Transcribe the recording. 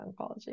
oncology